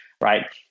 Right